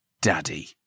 Daddy